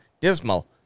Dismal